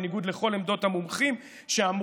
ובניגוד לכל עמדות המומחים שאמרו,